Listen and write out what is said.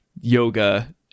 yoga